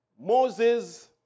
Moses